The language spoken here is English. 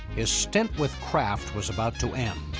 his stint with kraft was about to end.